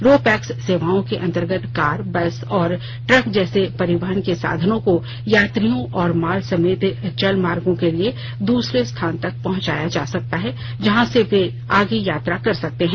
रो pax सेवाओं के अंतर्गत कार बस और ट्रक जैसे परिवहन के साधनों को यात्रियों और माल समेत जलमार्गो के जरिए दूसरे स्थान तक पहंचाया जा सकता है जहां से वे आगे यात्रा कर सकते हैं